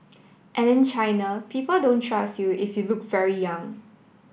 and in China people don't trust you if you look very young